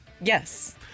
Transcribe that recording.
Yes